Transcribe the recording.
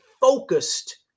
focused